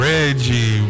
Reggie